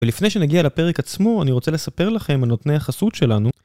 ולפני שנגיע לפרק עצמו אני רוצה לספר לכם על נותני החסות שלנו